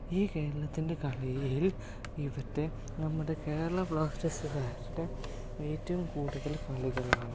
ഈ കേരളത്തിന്റെ കളിയിൽ ഇവിടുത്തെ നമ്മുടെ കേരള ബ്ലാസ്റ്റേഴ്സുകാരുടെ ഏറ്റവും കൂടുതൽ കളികളാണ്